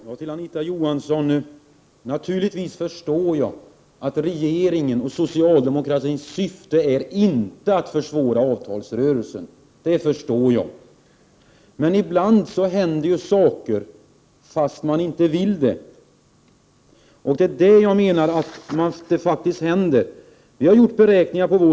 Herr talman! Till Anita Johansson: Naturligtvis förstår jag att regeringens och socialdemokratins syfte inte är att försvåra avtalsrörelsen. Men ibland händer det sådant som man inte vill skall hända, och det är precis vad jag menar har skett. Vi har gjort beräkningar själva.